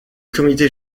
comité